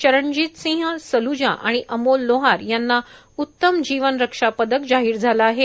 चरणजितसिंह सल्जा आणि अमोल लोहार यांना उत्तम जीवन रक्षा पदक जाहीर झाला आहे